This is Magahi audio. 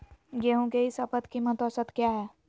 गेंहू के ई शपथ कीमत औसत क्या है?